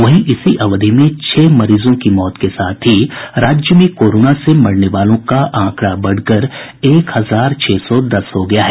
वहीं इसी अवधि में छह मरीजों की मौत के साथ ही राज्य में कोरोना से मरने वालों का आंकड़ा बढ़कर एक हजार छह सौ दस हो गया है